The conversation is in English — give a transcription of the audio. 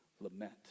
lament